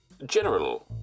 general